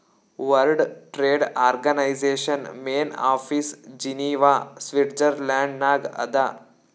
world trade organization main office Geneva Switzerland ನಾಗ್ ಅದಾ